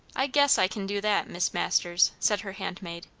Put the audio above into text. i guess i kin do that, mis' masters, said her handmaid,